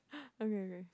okay okay